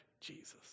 jesus